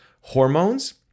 hormones